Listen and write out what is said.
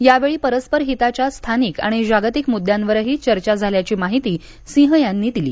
यावेळी परस्पर हिताच्या स्थानिक आणि जागतिक मुद्द्यांवरही चर्चा झाल्याची माहिती सिंह यांनी दिली